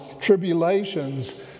tribulations